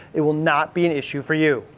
it will not be an issue for you.